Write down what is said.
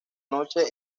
noche